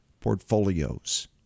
portfolios